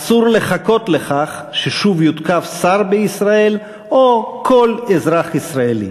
אסור לחכות ששוב יותקף שר בישראל או כל אזרח ישראלי.